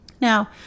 Now